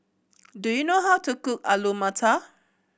do you know how to cook Alu Matar